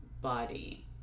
body